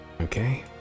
Okay